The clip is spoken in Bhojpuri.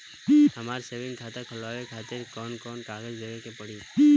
हमार सेविंग खाता खोलवावे खातिर कौन कौन कागज देवे के पड़ी?